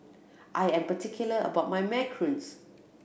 I am particular about my macarons